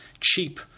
cheap